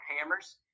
hammers